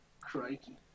Crikey